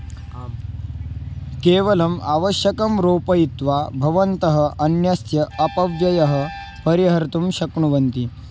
आम् केवलम् आवश्यकं रोपयित्वा भवन्तः अन्यस्य अपव्ययं परिहर्तुं शक्नुवन्ति